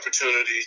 opportunity